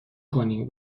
کنیم